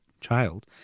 child